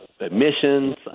admissions